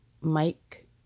Mike